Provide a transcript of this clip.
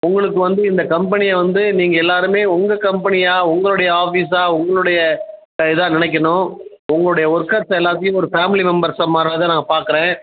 உங்களுக்கு வந்து இந்த கம்பெனியை வந்து நீங்கள் எல்லோருமே உங்கள் கம்பெனியாக உங்களுடைய ஆஃபீஸாக உங்களுடைய இதாக நினைக்கணும் உங்களுடைய ஒர்க்கர்ஸ் எல்லாத்தையும் ஒரு ஃபேமிலி மெம்பர்ஸ் மாரியா தான் நான் பாக்கிறேன்